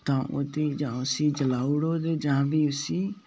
तां ओह् तां जां उसी जलाई ओड़ो ते जां फ्ही उसी